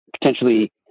potentially